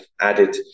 added